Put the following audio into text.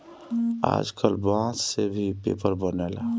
आजकल बांस से भी पेपर बनेला